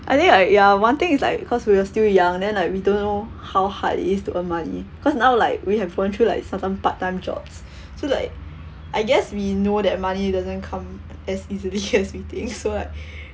I think like ya one thing is like cause we were still young then like we don't know how hard is to earn money cause now like we have gone through like certain part time jobs so like I guess we know that money doesn't come as easily as we think so like